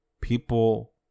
people